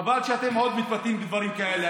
חבל שאתם עוד מתפתים לדברים כאלה.